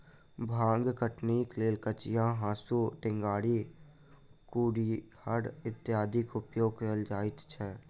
भांग कटनीक लेल कचिया, हाँसू, टेंगारी, कुरिहर इत्यादिक उपयोग कयल जाइत छै